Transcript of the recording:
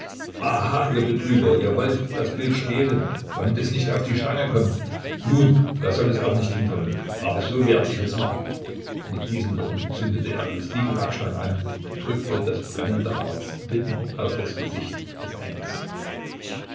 aha ihr betrüger ihr wolltet das bild stehlen damit es nicht auf die stange kommt nun da soll es auch nicht hinkommen aber so werde ich es machen mit diesen worten zündete er die siegellackstange an und drückte das brennende harz mitten auf das gesicht des engels